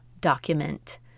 document